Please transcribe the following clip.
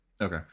Okay